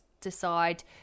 decide